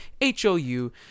H-O-U